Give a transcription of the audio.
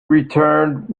returned